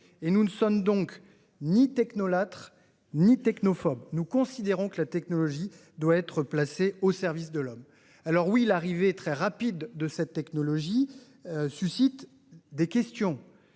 nous ne sommes donc ni technolâtres ni technophobes : nous considérons que la technologie doit être placée au service de l'homme. Certes, l'émergence très rapide de cette technologie suscite des questions